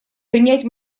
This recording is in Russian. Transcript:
принять